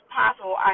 possible